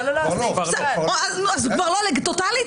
אז כבר לא טוטאלית?